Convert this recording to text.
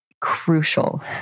crucial